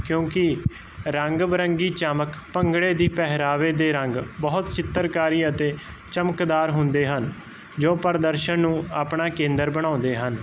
ਕਿਉਂਕਿ ਰੰਗ ਬਰੰਗੀ ਚਮਕ ਭੰਗੜੇ ਦੀ ਪਹਿਰਾਵੇ ਦੇ ਰੰਗ ਬਹੁਤ ਚਿੱਤਰਕਾਰੀ ਅਤੇ ਚਮਕਦਾਰ ਹੁੰਦੇ ਹਨ ਜੋ ਪ੍ਰਦਰਸ਼ਨ ਨੂੰ ਆਪਣਾ ਕੇਂਦਰ ਬਣਾਉਂਦੇ ਹਨ